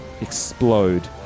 Explode